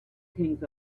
things